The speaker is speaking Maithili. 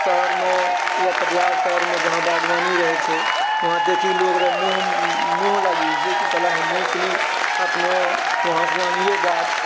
शहरमे या कटिहार शहरमे जहाँ बागवानी रहैत छै वहाँ देखि लोकरे मोह मोह लागि जाइछै कि साला हमहुँ सनि अपनो वहाँसँ आनलिऐ गाछ